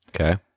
Okay